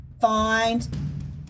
Find